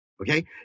Okay